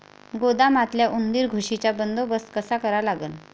गोदामातल्या उंदीर, घुशीचा बंदोबस्त कसा करा लागन?